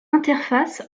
interface